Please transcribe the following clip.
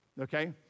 Okay